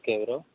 okay bro